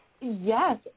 Yes